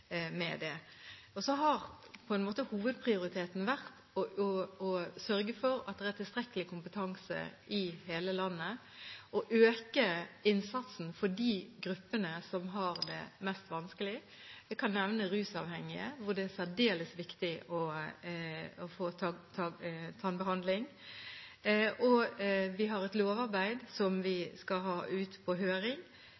med det. Hovedprioriteten har vært å sørge for at det er tilstrekkelig kompetanse i hele landet, og å øke innsatsen for de gruppene som har det mest vanskelig. Jeg kan nevne rusavhengige – for dem er det særdeles viktig å få tannbehandling. Vi har et lovarbeid som vi